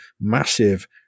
massive